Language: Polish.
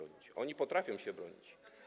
Oni potrafią się bronić.